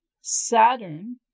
saturn